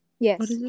Yes